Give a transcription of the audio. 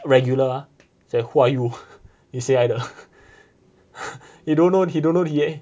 regular ah say who are you 你谁来的 they don't know he don't know